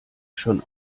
schon